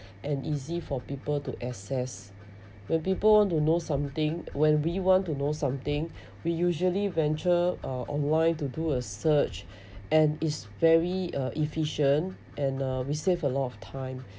and easy for people to assess when people want to know something when we want to know something we usually venture uh online to do a search and is very uh efficient and uh we save a lot of time